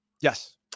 Yes